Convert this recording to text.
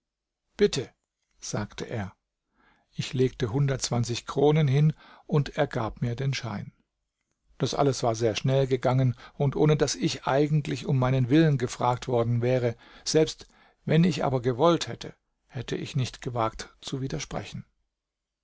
bitte sagte er ich legte hundertzwanzig kronen hin und er gab mir den schein das alles war sehr schnell gegangen und ohne daß ich eigentlich um meinen willen gefragt worden wäre selbst wenn ich aber gewollt hätte hätte ich nicht gewagt zu widersprechen